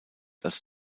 als